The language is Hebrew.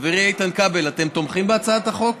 חברי איתן כבל, אתם תומכים בהצעת החוק?